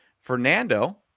Fernando